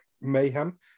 Mayhem